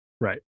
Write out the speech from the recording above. Right